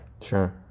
Sure